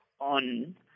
on